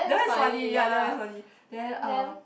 that one is funny ya that one is funny then uh